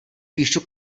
píšu